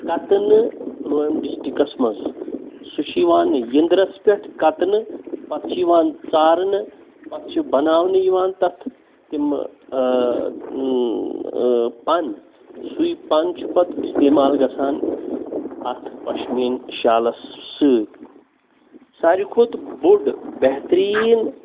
کتنہٕ پُلوٲمۍ ڈِسٹِکَس منٛز سُہ چھُ یِوان یِندرَس پٮ۪ٹھ کتنہٕ پتہٕ چھِ یِوان ژارنہٕ پتہٕ چھِ بناونہٕ یِوان تَتھ تِمہٕ پَن سُے پَن چھُ پتہٕ اِستعمال گژھان اَتھ پشمیٖن شالَس سۭتۍ ساروٕے کھۄتہٕ بوٚڈ بہتریٖن